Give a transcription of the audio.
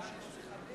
יצחק הרצוג,